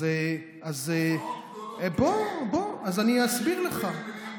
עצרות גדולות כן, מלאים כן?